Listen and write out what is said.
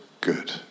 good